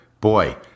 Boy